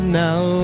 now